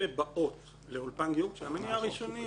אלה באות לאולפן גיור כשהמניע הראשוני,